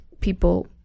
people